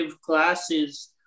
classes